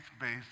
based